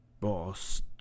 boss